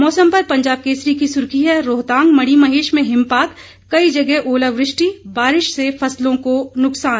मौसम पर पंजाब केसरी की सुर्खी है रोहतांग मणिमहेश में हिमपात कई जगह ओलावृष्टि बारिश से फसलों को नुकसान